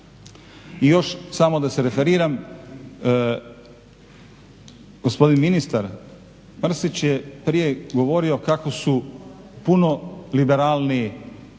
I još samo da se referiram. Gospodin ministar Mrsić je prije govorio kako su puno liberalniji